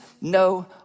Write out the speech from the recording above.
no